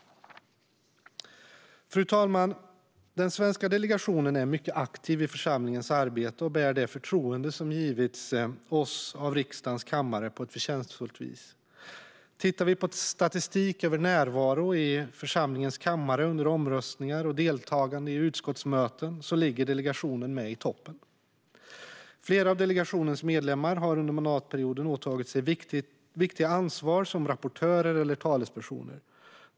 Fru talman! Den svenska delegationen är mycket aktiv i församlingens arbete och bär det förtroende som givits oss av riksdagens kammare på ett förtjänstfullt vis. Tittar vi på statistik över närvaro i församlingens kammare under omröstningar och deltagande i utskottsmöten ser vi att delegationen ligger i toppen. Flera av delegationens medlemmar har under mandatperioden åtagit sig viktiga ansvarsområden som rapportörer eller talespersoner.